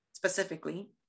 specifically